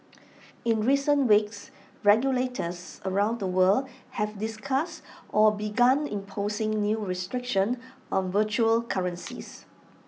in recent weeks regulators around the world have discussed or begun imposing new restrictions on virtual currencies